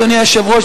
אדוני היושב-ראש,